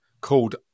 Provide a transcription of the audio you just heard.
called